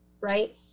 right